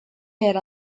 yer